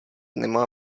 nemá